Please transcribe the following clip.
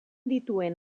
dituen